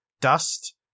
dust